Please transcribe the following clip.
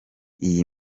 iyi